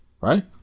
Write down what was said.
right